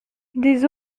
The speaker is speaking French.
des